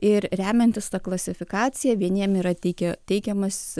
ir remiantis ta klasifikacija vieniem yra teikia teikiamas